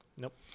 Nope